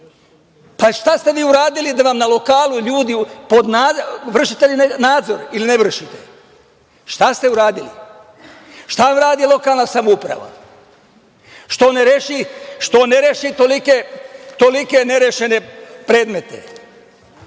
Šta ste vi uradili, da li vršite nadzor ili ga ne vršite? Šta ste uradili? Šta vam radi lokalna samouprava? Što ne reši tolike nerešene predmete?